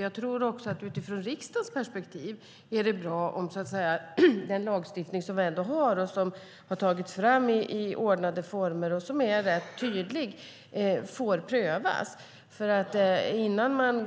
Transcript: Jag tror också att det från riksdagens perspektiv är bra om den lagstiftning som vi har, som har tagits fram i ordnade former och som är rätt tydlig får prövas. Innan man